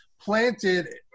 planted